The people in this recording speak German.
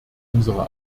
unsere